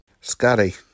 Scotty